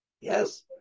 yes